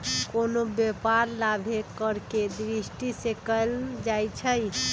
कोनो व्यापार लाभे करेके दृष्टि से कएल जाइ छइ